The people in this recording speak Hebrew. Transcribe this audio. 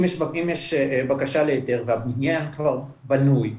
אם יש בקשה להיתר והבניין כבר בנוי,